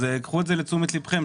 אז קחו את זה לתשומת ליבכם,